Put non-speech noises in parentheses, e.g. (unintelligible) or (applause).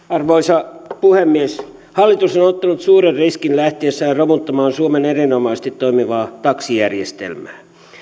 (unintelligible) arvoisa puhemies hallitus on ottanut suuren riskin lähtiessään romuttamaan suomen erinomaisesti toimivaa taksijärjestelmää